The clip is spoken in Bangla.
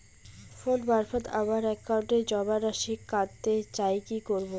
ফোন মারফত আমার একাউন্টে জমা রাশি কান্তে চাই কি করবো?